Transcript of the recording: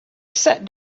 sat